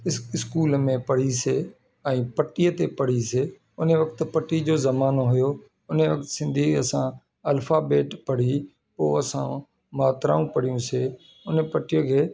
इस school में पढ़ीसी ऐं पट्टीअ ते पढ़ियसी उन वक़्तु पट्टी जो जमानो हुयो उन वक़्तु सिंधी असां अल्फाबैट पढ़ी पोइ असां मात्राऊं पढ़ियूंसीं उन पट्टीअ खे